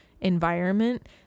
environment